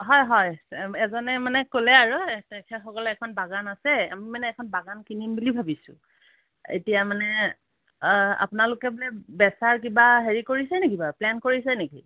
হয় হয় এজনে মানে ক'লে আৰু তেখেতসকলে এখন বাগান আছে আমি মানে এখন বাগান কিনিম বুলি ভাবিছোঁ এতিয়া মানে আপোনালোকে বোলে বেচাৰ কিবা হেৰি কৰিছে নেকি বাৰু প্লেন কৰিছে নেকি